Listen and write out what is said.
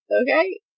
Okay